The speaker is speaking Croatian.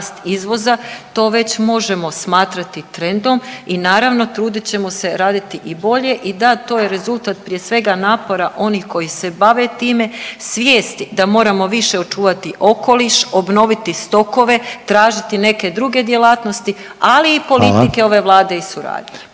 to već možemo smatrati trendom i naravno trudit ćemo se raditi i bolje. I da to je rezultat prije svega napora onih koji se bave time, svijesti da moramo više očuvati okoliš, obnoviti stokove, tražiti neke druge djelatnosti, ali i politike ove Vlade …/Upadica: